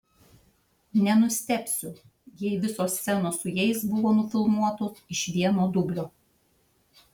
nenustebsiu jei visos scenos su jais buvo nufilmuotos iš vieno dublio